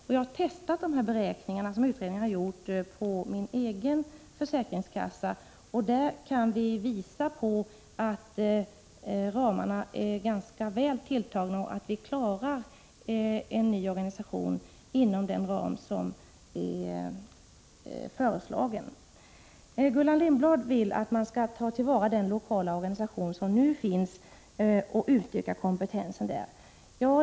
Jag har själv testat de beräkningar som utredningen har gjort på min egen försäkringskassa. Jag kan där visa att ramarna är ganska väl tilltagna, och att vi klarar en ny organisation inom den föreslagna ramen. Gullan Lindblad vill att man skall ta till vara den lokala organisation som nu finns och utöka kompetensen där.